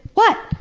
what?